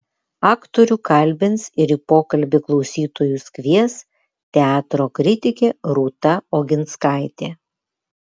aktorių kalbins ir į pokalbį klausytojus kvies teatro kritikė rūta oginskaitė